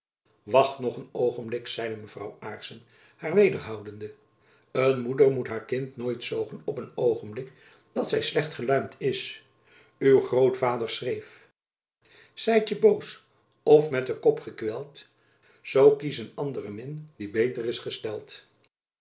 wacht nog een oogenblik zeide mevrouw aarssen haar wederhoudende een moeder moet haar kind nooit zogen op een oogenblik dat zy slecht geluimd is uw grootvader schreef sijtje boos of met den kop gequelt soo kies een andre min die beter is gestelt